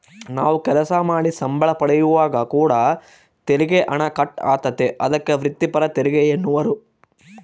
ನಾವು ಕೆಲಸ ಮಾಡಿ ಸಂಬಳ ಪಡೆಯುವಾಗ ಕೂಡ ತೆರಿಗೆ ಹಣ ಕಟ್ ಆತತೆ, ಅದಕ್ಕೆ ವ್ರಿತ್ತಿಪರ ತೆರಿಗೆಯೆನ್ನುವರು